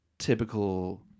typical